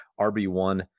rb1